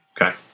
Okay